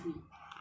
what